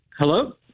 Hello